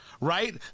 right